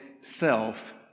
self